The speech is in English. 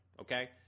Okay